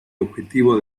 objetivo